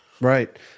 Right